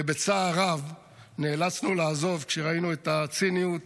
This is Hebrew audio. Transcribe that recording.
ובצער רב נאלצנו לעזוב כשראינו את הציניות